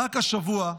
רק השבוע,